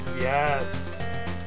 Yes